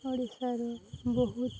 ଓଡ଼ିଶାର ବହୁତ